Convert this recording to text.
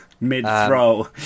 mid-throw